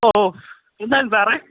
ഓ എന്തായിരുന്നു സാറേ